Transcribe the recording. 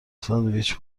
ساندویچ